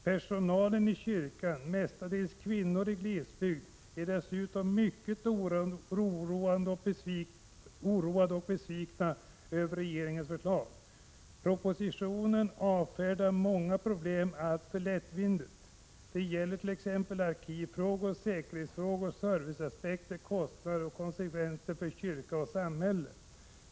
Personalen i kyrkan, mestadels kvinnor i glesbygd är dessutom mycket oroade och besvikna över regeringens förslag. Propositionen avfärdar många problem allt för lättvindigt. Det gäller t ex arkivfrågor, säkerhetsfrågor, serviceaspekter, kostnader och konsekvenser för kyrka och samhälle.